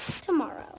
tomorrow